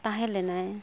ᱛᱟᱦᱮᱸ ᱞᱮᱱᱟᱭ